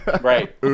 Right